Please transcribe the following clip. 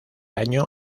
año